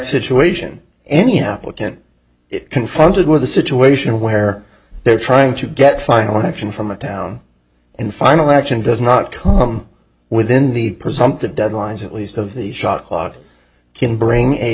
situation any applicant confronted with a situation where they're trying to get final action from a town and final action does not come within the presumptive deadlines at least of the shot clock can bring a